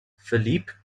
philippe